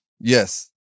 Yes